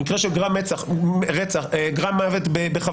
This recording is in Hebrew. במקרה של גרם מוות בכוונה,